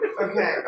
okay